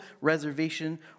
reservation